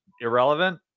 irrelevant